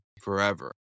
forever